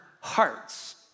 hearts